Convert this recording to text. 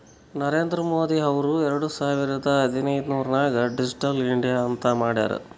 ನರೇಂದ್ರ ಮೋದಿ ಅವ್ರು ಎರಡು ಸಾವಿರದ ಹದಿನೈದುರ್ನಾಗ್ ಡಿಜಿಟಲ್ ಇಂಡಿಯಾ ಅಂತ್ ಮಾಡ್ಯಾರ್